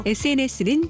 sns는